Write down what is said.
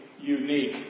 unique